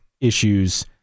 issues